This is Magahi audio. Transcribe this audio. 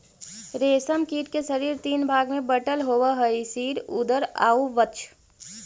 रेशम कीट के शरीर तीन भाग में बटल होवऽ हइ सिर, उदर आउ वक्ष